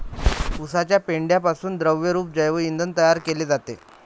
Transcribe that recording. उसाच्या पेंढ्यापासून द्रवरूप जैव इंधन तयार केले जाते